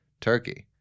Turkey